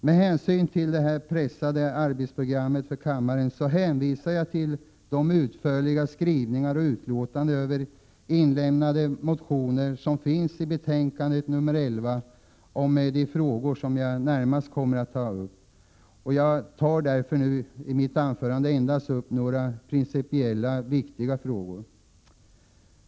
Med hänsyn till det pressade arbetsprogrammet för kammaren hänvisar jag till de utförliga skrivningar och utlåtanden över inlämnade motioner som finns i betänkande nr 11 rörande de frågor som jag närmast kommer att ta upp. Jag berör därför i mitt anförande endast några principiellt viktiga frågor.